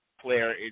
player